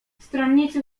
stronnicy